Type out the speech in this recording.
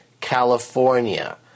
California